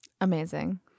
amazing